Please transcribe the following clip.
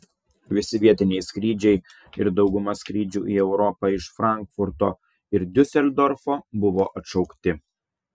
visi vietiniai skrydžiai ir dauguma skrydžių į europą iš frankfurto ir diuseldorfo buvo atšaukti